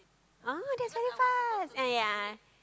oh that's very fast uh ya